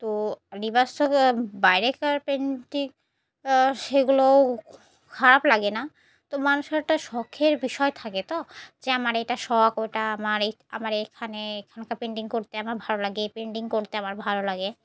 তো নিবাস বাইরের পেন্টিং সেগুলো খারাপ লাগে না তো মানুষের একটা শখের বিষয় থাকে তো যে আমার এটা শখ ওটা আমার এই আমার এখানে এখানকার পেন্টিং করতে আমার ভালো লাগে এই পেন্টিং করতে আমার ভালো লাগে